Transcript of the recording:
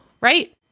right